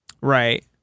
Right